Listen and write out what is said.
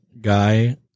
guy